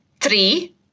three